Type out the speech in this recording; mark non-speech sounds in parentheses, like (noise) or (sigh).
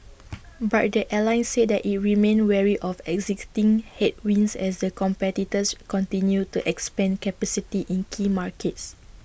(noise) but the airline said that IT remained wary of existing headwinds as the competitors continue to expand capacity in key markets